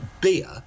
beer